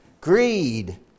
Greed